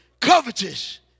Covetous